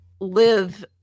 live